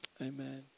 Amen